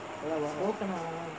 எல்லாம் வரும்:ellam varum